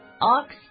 ox